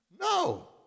no